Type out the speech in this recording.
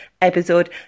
episode